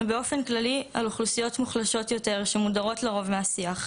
ובאופן כללי על אוכלוסיות מוחלשות יותר שמודרות לרוב מהשיח.